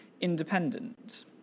independent